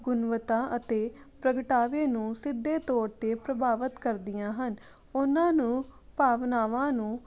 ਗੁਣਵੱਤਾ ਅਤੇ ਪ੍ਰਗਟਾਵੇ ਨੂੰ ਸਿੱਧੇ ਤੌਰ 'ਤੇ ਪ੍ਰਭਾਵਿਤ ਕਰਦੀਆਂ ਹਨ ਉਹਨਾਂ ਨੂੰ ਭਾਵਨਾਵਾਂ ਨੂੰ